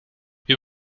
wir